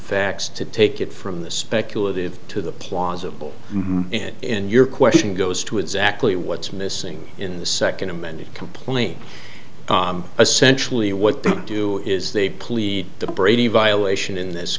facts to take it from the speculative to the plausible and your question goes to exactly what's missing in the second amended complaint essentially what they do is they plead the brady violation in this